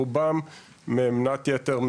רובם ממנת יתר,